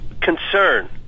concern